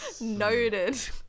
Noted